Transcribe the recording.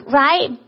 right